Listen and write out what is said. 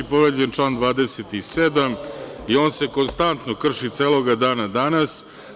Povređen je član 27. i on se konstantno krši celoga dana danas.